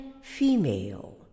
female